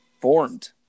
formed